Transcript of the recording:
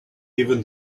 even